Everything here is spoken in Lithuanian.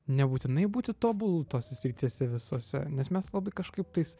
nebūtinai būti tobulu tose srityse visose nes mes labai kažkaip tais